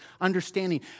understanding